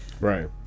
Right